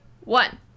one